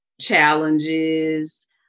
challenges